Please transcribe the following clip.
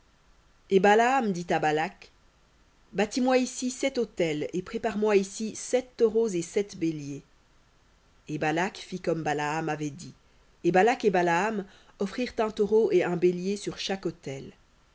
et balaam dit à balak bâtis moi ici sept autels et prépare moi ici sept taureaux et sept béliers et balak fit comme balaam avait dit et balak et balaam offrirent un taureau et un bélier sur autel